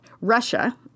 Russia